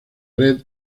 red